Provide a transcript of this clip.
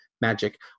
magic